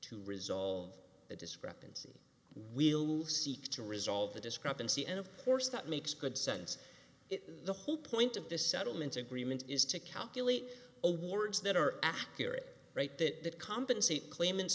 to resolve the discrepancy we'll seek to resolve the discrepancy and of course that makes good sense the whole point of this settlement agreement is to calculate awards that are accurate right that compensate claimants